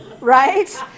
right